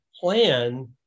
plan